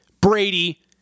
Brady